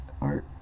art